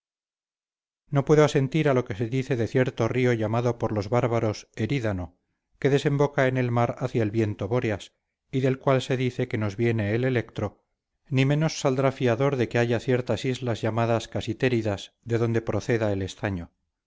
no puedo asentir a lo que se dice de cierto río llamado por los bárbaros erídano que desemboca en el mar hacia el viento bóreas y del cual se dice que nos viene el electro ni menos saldrá fiador de que haya ciertas islas llamadas casitéridas de donde proceda el estaño